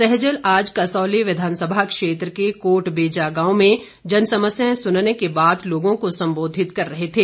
सहजल आज कसौली विधानसभा क्षेत्र के कोट बेजा गांव में जनसमस्यां सुनने के बाद लोगों को सम्बोधित कर रहे थे